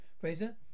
Fraser